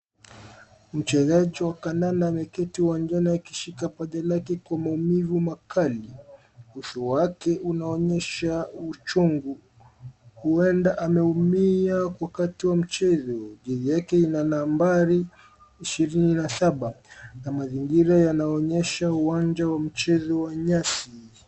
Mchezaji wa kandanda ameketi uwanjani akishika paja lake Kwa maumivu makali. Uso wake unaonyesha uchungu. Huenda ameumia wakati wa mchezo. Jezi yake ina nambari 27 na mazingira yanaonyesha uwanja wa mchezo wa nyasi.